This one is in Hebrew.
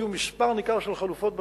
היה מספר ניכר של חלופות בצפון.